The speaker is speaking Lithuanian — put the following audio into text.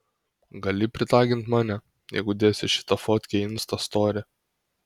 gali pritagint mane jeigu dėsi šitą fotkę į insta story